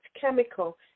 chemical